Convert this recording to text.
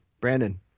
Brandon